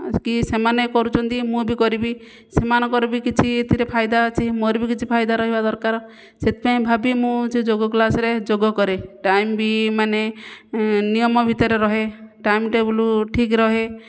କି ସେମାନେ କରୁଛନ୍ତି ମୁଁ ବି କରିବି ସେମାନଙ୍କର ବି କିଛି ଏଥିରେ ଫାଇଦା ଅଛି ମୋର ବି କିଛି ଫାଇଦା ଦରକାର ସେଥିପାଇଁ ମୁଁ ଭାବି ସେ ଯୋଗ କ୍ଲାସ୍ରେ ଯୋଗକରେ ଟାଇମ୍ ବି ମାନେ ଏଁ ନିୟମ ଭିତରେ ରହେ ଟାଇମ୍ ଟେବୁଲ୍ ଠିକ୍ ରୁହେ